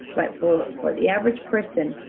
but for for the average person,